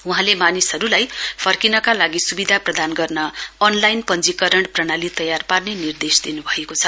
वहाँले मानिसहरूलाई फर्किनका लागि सुविधा प्रधान गर्न अनलाइ पञ्जीकरण प्रणाली तयार पार्ने निर्देश दिनुभएको छ